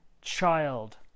child